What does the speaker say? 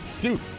dude